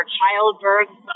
childbirth